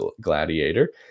Gladiator